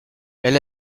elle